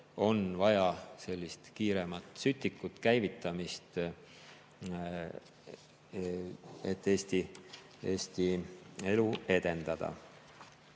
on vaja sellist kiiremat sütikut, käivitamist, et Eesti elu edendada.